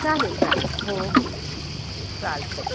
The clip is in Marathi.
चालेल चालेल हो हो चालतं आहे